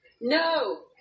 No